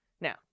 Now